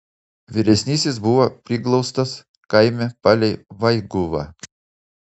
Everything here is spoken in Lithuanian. vyresnysis buvo priglaustas kaime palei vaiguvą